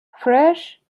fresh